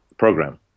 program